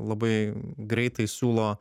labai greitai siūlo